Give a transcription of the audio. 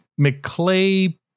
McClay